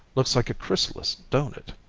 looks like a chrysalis, don't it?